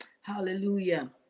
Hallelujah